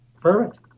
Perfect